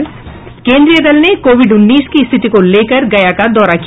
और केन्द्रीय दल ने कोविड उन्नीस की स्थिति को लेकर गया का दौरा किया